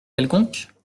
quelconque